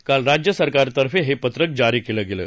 काल राज्य सरकारतर्फे हे पत्रक जारी केलं गेलं